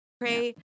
pray